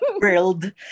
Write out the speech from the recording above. world